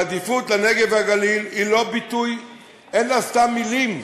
העדיפות לנגב ולגליל היא לא ביטוי, אלה סתם מילים.